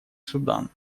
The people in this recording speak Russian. судан